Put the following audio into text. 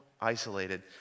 isolated